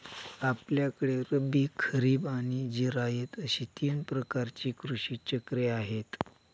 आपल्याकडे रब्बी, खरीब आणि जिरायत अशी तीन प्रकारची कृषी चक्रे आहेत